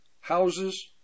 houses